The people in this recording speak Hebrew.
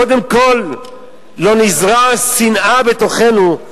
קודם כול לא נזרע שנאה בתוכנו.